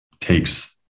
takes